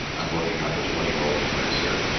i'm working off a twenty year old memories here